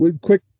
Quick